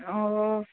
ও